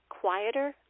quieter